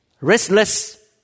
restless